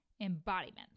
embodiment